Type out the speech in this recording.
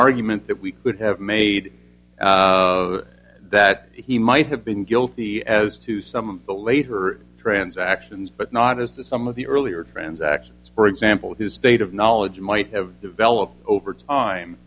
argument that we could have made that he might have been guilty as to some of the later transactions but not as to some of the earlier transactions for example his state of knowledge might have developed over time